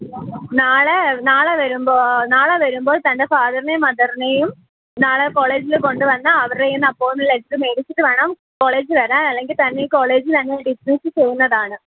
നാളേ നാളെ വരുമ്പോൾ നാളെ വരുമ്പോൾ തൻ്റെ ഫാദറിനെയും മദറിനെയും നാളെ കോളേജിൽ കൊണ്ട് വന്ന് അവരുടെ കയ്യിൽ നിന്ന് അപ്പോയ്ൻമെൻറ്റ് ലെറ്റർ മേടിച്ചിട്ടു വേണം കോളേജിൽ വരാൻ അല്ലെങ്കിൽ തന്നെ ഈ കോളേജിൽ ഞങ്ങൾ ഡിസ്മിസ് ചെയ്യുന്നതാണ്